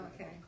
Okay